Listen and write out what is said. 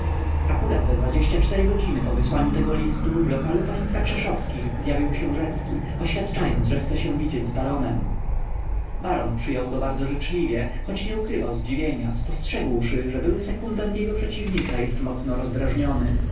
akurat we dwadzieścia cztery godziny po wysłaniu tego listu w lokalu państwa krzeszowskich zjawił się rzecki oświadczając że chce się widzieć z baronem baron przyjął go bardzo życzliwie choć nie ukrywał zdziwienia spostrzegłszy że były sekundant jego przeciwnika jest mocno rozdrażniony